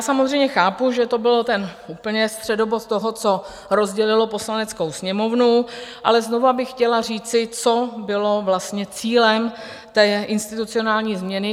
Samozřejmě chápu, že to byl úplný středobod toho, co rozdělilo Poslaneckou sněmovnu, ale znovu bych chtěla říci, co bylo vlastně cílem té institucionální změny.